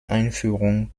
einführung